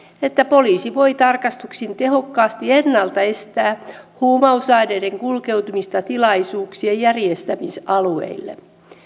että poliisi voi tarkastuksin tehokkaasti ennalta estää huumausaineiden kulkeutumista tilaisuuksien järjestämisalueille